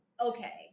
okay